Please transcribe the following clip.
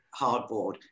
hardboard